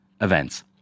events